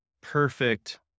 perfect